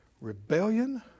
Rebellion